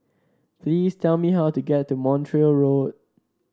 please tell me how to get to Montreal Road